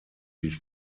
sich